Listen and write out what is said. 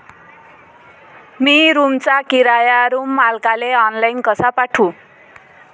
मी रूमचा किराया रूम मालकाले ऑनलाईन कसा पाठवू?